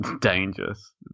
dangerous